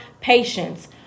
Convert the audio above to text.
patience